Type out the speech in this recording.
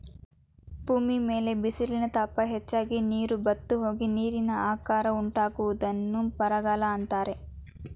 ಭೂಮಿ ಮೇಲೆ ಬಿಸಿಲಿನ ತಾಪ ಹೆಚ್ಚಾಗಿ, ನೀರು ಬತ್ತಿಹೋಗಿ, ನೀರಿಗೆ ಆಹಾಕಾರ ಉಂಟಾಗುವುದನ್ನು ಬರಗಾಲ ಅಂತರೆ